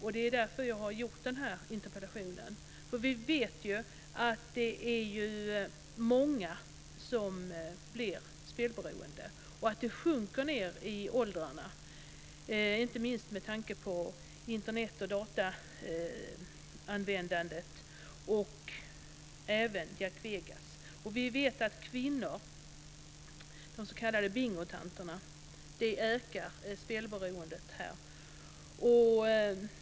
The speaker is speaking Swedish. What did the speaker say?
Anledningen till att jag ställt den här interpellationen är att vi vet att det är många som blir spelberoende och att det sprider sig nedåt i åldrarna, inte minst med tanke på Internet, dataspel och även Jack Vegas. Vi vet att spelberoendet bland kvinnor, de s.k. bingotanterna, ökar.